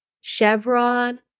Chevron